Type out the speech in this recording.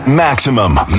Maximum